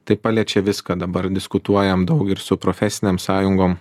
tai paliečia viską dabar diskutuojam daug ir su profesinėm sąjungom